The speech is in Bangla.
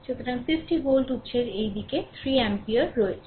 সুতরাং একটি 50 ভোল্ট উৎসের এই দিকে 3 অ্যাম্পিয়ার রয়েছে